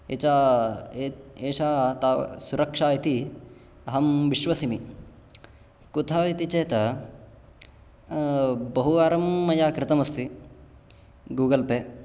H ए एषा तावत् सुरक्षा इति अहं विश्वसिमि कुतः इति चेत् बहुवारं मया कृतमस्ति गूगल् पे